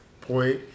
point